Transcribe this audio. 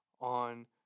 on